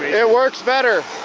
it works better.